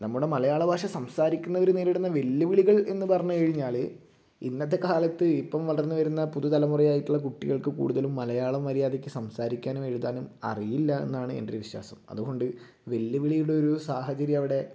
നമ്മുടെ മലയാള ഭാഷ സംസാരിക്കുന്നവർ നേരിടുന്ന വെല്ലുവിളികൾ എന്ന് പറഞ്ഞു കഴിഞ്ഞാൽ ഇന്നത്തെ കാലത്ത് ഇപ്പം വളർന്ന് വരുന്ന പുതു തലമുറയായിട്ടുള്ള കുട്ടികൾക്ക് കൂടുതലും മലയാളം മര്യാദക്ക് സംസാരിക്കാനും എഴുതാനും അറിയില്ല എന്നാണ് എൻ്റെ ഒരു വിശ്വാസം അതുകൊണ്ട് വെല്ലുവിളിയുടെ ഒരു സാഹചര്യം അവിടെ